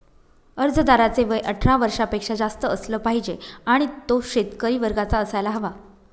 अर्जदाराचे वय अठरा वर्षापेक्षा जास्त असलं पाहिजे आणि तो शेतकरी वर्गाचा असायला हवा